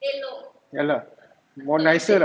ya lah more nicer